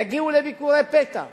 יגיעו לביקורי פתע,